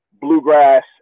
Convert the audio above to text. bluegrass